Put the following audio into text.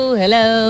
hello